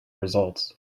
results